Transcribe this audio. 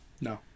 no